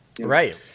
Right